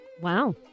Wow